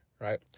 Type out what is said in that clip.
Right